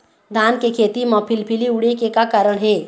धान के खेती म फिलफिली उड़े के का कारण हे?